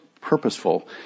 purposeful